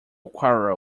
quarrel